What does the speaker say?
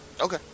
Okay